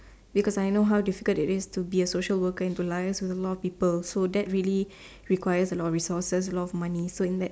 because I know how difficult it is to be a social worker into life and the amount of people so that really requires a lot of resources a lot of money so in that